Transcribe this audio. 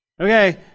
Okay